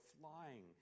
flying